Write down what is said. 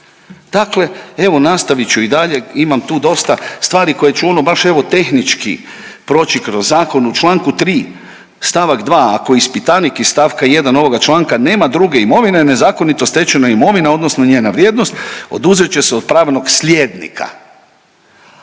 Dakle, evo nastavit ću i dalje, imam tu dosta stvari koje ću ono baš evo tehnički proći kroz zakon. U članku 3. stavak 2. ako ispitanik iz stavka 1. ovoga članka nema druge imovine nezakonito stečena imovina, odnosno njena vrijednost oduzet će se od pravnog slijednika,